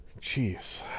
Jeez